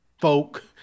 folk